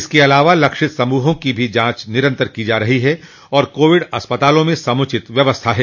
इसके अलावा लक्षित समूहों की भी जांच निरन्तर की जा रही है और कोविड अस्पतालों में समुचित व्यवस्था है